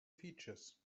features